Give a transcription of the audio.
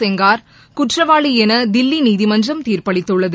செங்கார் குற்றவாளி என தில்லி நீதிமன்றம் தீர்ப்பளித்துள்ளது